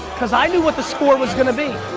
cause i knew what the score was gonna be.